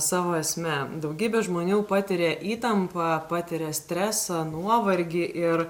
savo esme daugybė žmonių patiria įtampą patiria stresą nuovargį ir